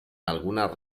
algunas